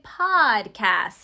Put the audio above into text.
podcast